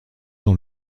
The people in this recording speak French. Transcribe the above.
dans